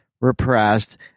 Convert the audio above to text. repressed